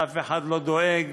ואף אחד לא דואג